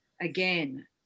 again